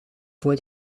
voor